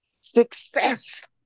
success